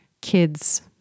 kids